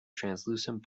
translucent